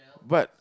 but